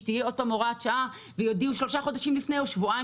שתהיה עוד פעם הוראת שעה ויודיעו שלושה חודשים לפני או שבועיים